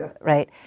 right